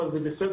אבל זה בסדר,